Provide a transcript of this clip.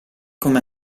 come